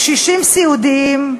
קשישים סיעודיים,